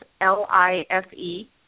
L-I-F-E